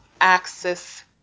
access